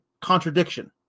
contradiction